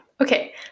Okay